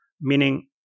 Meaning